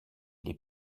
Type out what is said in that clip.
les